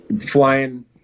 flying